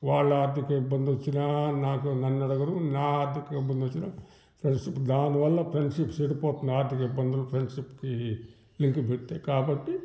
వాళ్ళ ఆర్థిక ఇబ్బందొచ్చినా నాకు నన్నడగరు నా ఆర్థిక ఇబ్బందొచ్చినా ఫ్రెండ్షిప్ దాని వల్ల ఫ్రెండ్షిప్ చెడిపోతుంది ఆర్థిక ఇబ్బందులు ఫ్రెండ్షిప్పుకి లింక్ పెడితే కాబట్టి